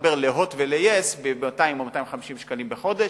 להתחבר ל"הוט" ול-yes ב-200 או ב-250 שקלים לחודש.